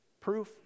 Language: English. Proof